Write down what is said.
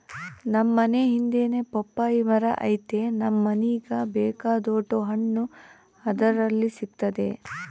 ನಮ್ ಮನೇ ಹಿಂದೆನೇ ಪಪ್ಪಾಯಿ ಮರ ಐತೆ ನಮ್ ಮನೀಗ ಬೇಕಾದೋಟು ಹಣ್ಣು ಅದರ್ಲಾಸಿ ಸಿಕ್ತತೆ